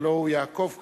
הלוא הוא יעקב כץ,